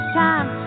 time